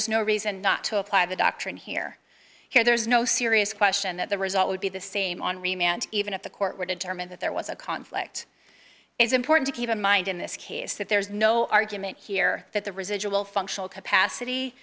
is no reason not to apply the doctrine here here there's no serious question that the result would be the same on remand even if the court were determined that there was a conflict is important to keep in mind in this case that there's no argument here that the residual functional capacity